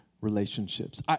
relationships